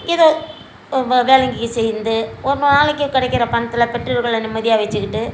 ஏதோ ஒரு வேலைக்கு சேர்ந்து ஒரு நாளைக்கு கிடைக்கிற பணத்தில் பெற்றோர்களை நிம்மதியாக வச்சுக்கிட்டு